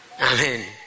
Amen